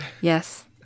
Yes